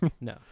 no